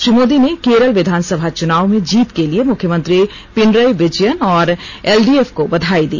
श्री मोदी ने केरल विधानसभा चुनाव में जीत के लिए मुख्यमंत्री पिनरई विजयन और एलडीएफ को बधाई दी